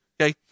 okay